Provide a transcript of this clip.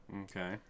Okay